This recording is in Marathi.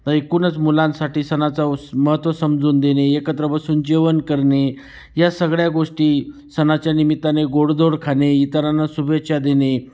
तर एकूणच मुलांसाठी सणाचा महत्त्व समजून देणे एकत्र बसून जेवण करणे या सगळ्या गोष्टी सणाच्या निमित्ताने गोडधोड खाणे इतरांना शुभेच्छा देणे